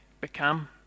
become